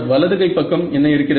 வலதுகைப் பக்கம் என்ன இருக்கிறது